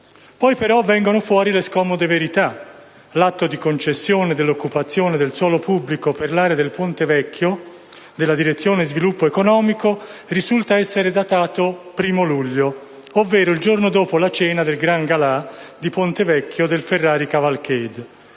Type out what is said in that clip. Poi però vengono fuori le scomode verità: l'atto di concessione dell'occupazione del suolo pubblico per l'area del Ponte Vecchio della Direzione sviluppo economico risulta essere datato 1° luglio, ovvero il giorno dopo la cena del gran gala di Ponte Vecchio del Ferrari Cavalcade.